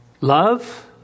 Love